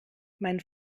mein